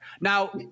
now